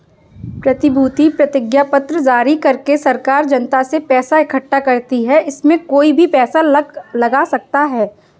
प्रतिभूति प्रतिज्ञापत्र जारी करके सरकार जनता से पैसा इकठ्ठा करती है, इसमें कोई भी पैसा लगा सकता है